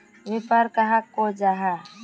व्यापार कहाक को जाहा?